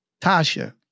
Tasha